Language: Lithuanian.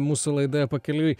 mūsų laidoje pakeliui